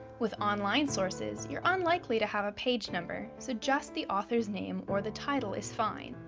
with online sources, you're unlikely to have a page number, so just the author's name or the title is fine.